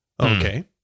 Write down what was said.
Okay